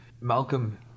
Malcolm